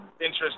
interest